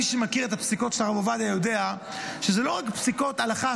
מי שמכיר את הפסיקות של הרב עובדיה יודע שזה לא רק פסיקות הלכה,